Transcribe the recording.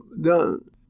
done